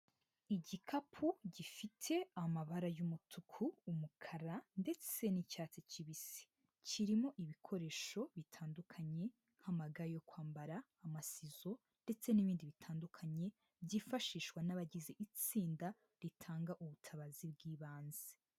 Igikapu gifite amabara y'umutuku umukara ndetse n'icyatsi kibisi, kirimo ibikoresho bitandukanye nk'amaga yo kwambara imikasi ndetse n'ibindi bitandukanye byifashishwa n'abagize itsinda ritanga ubutabazi bw'ibanze.